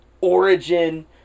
Origin